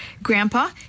Grandpa